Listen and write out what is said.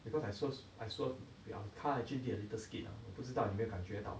because I suppose I saw our car did a little skip ah 我不知道你没有感觉到